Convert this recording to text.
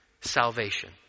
Salvation